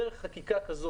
דרך חקיקה כזאת,